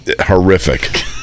horrific